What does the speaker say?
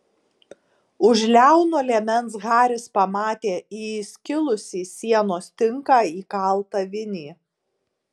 už liauno liemens haris pamatė į įskilusį sienos tinką įkaltą vinį